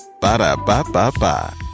Ba-da-ba-ba-ba